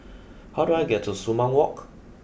how do I get to Sumang Walk